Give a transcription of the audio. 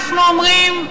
אנחנו אומרים,